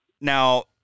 Now